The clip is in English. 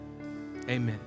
amen